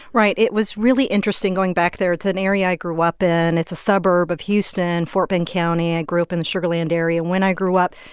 right. it was really interesting going back there. it's an area i grew up in. it's a suburb of houston, fort bend county. i grew up in the sugar land area. when i grew up,